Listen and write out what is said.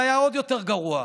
והיה עוד יותר גרוע.